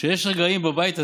שיש רגעים בבית הזה,